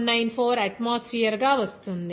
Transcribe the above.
0194 atmosphere గా వస్తుంది